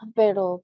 pero